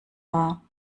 war